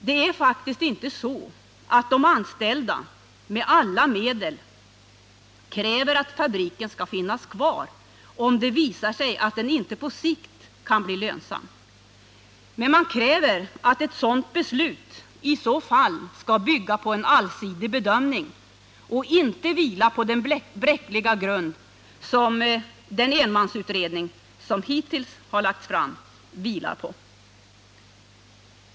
Det är faktiskt inte så att de anställda med alla medel kräver att fabriken skall finnas kvar, om det visar sig att den inte på sikt kan bli lönsam. Men man kräver att ett sådant beslut skall bygga på en allsidig bedömning och inte vila på den bräckliga grund som den enmansutredning som hittills lagts fram vilar på.